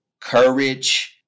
Courage